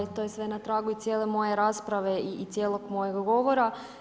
Pa eto, to je sve na tragu i cijele moje rasprave i cijelog mojeg govora.